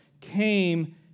came